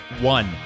One